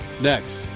Next